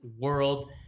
world